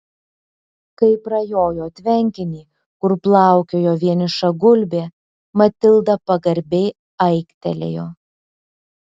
kai prajojo tvenkinį kur plaukiojo vieniša gulbė matilda pagarbiai aiktelėjo